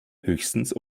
höchstens